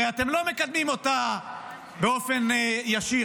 הרי אתם לא מקדמים אותה באופן ישיר,